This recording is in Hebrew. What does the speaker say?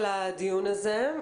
על הדיון הזה.